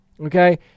Okay